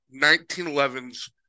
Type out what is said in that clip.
1911s